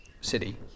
city